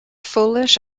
foolish